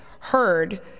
heard